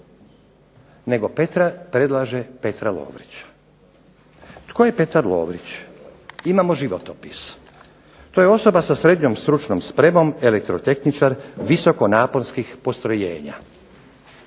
Nego predlaže Petra Lovrića. Tko je Petar Lovrić? Imamo životopis. To je osoba sa SSS, elektrotehničar visoko naponskih postrojenja.